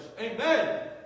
Amen